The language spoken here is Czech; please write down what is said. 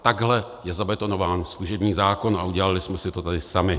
Takhle je zabetonován služební zákon a udělali jsme si to tady sami.